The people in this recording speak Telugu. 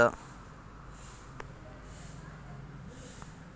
నేను చెక్కు ను కలెక్షన్ కు పంపాను క్రెడిట్ అయ్యిందా